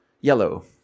Yellow